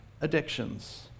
addictions